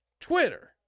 Twitter